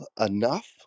enough